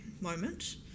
moment